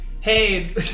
Hey